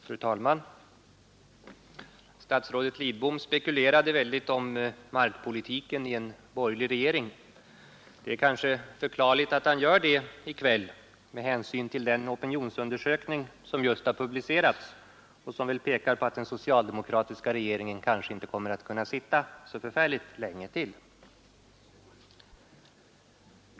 Fru talman! Statsrådet Lidbom spekulerade mycket om markpolitiken i en borgerlig regering. Det kanske är förklarligt att han gör det i kväll med hänsyn till den opinionsundersökning som just har publicerats och som pekar på att den socialdemokratiska regeringen kanske inte kommer att kunna sitta så förfärligt länge till.